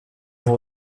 voor